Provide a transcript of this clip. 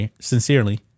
sincerely